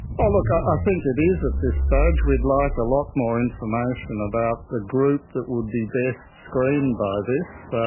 ah look, i think it is at this stage. we'd like a lot more information about the group that would be best screened by this.